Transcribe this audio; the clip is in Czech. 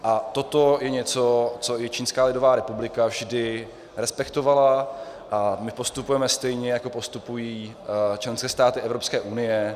A toto je něco, co i Čínská lidová republika vždy respektovala a my postupujeme stejně, jako postupují členské státy Evropské unie.